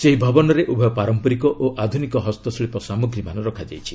ସେହି ଭବନରେ ଉଭୟ ପାରମ୍ପରିକ ଓ ଆଧୁନିକ ହସ୍ତଶିଳ୍ପ ସାମଗ୍ରୀମାନ ରଖାଯାଇଛି